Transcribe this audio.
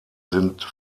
sind